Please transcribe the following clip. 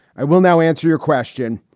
i will now answer your question.